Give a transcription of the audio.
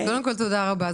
אז קודם כל תודה רבה.